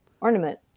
ornament